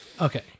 Okay